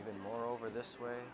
even more over this way